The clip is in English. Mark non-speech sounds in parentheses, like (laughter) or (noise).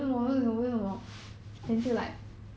(laughs) (laughs)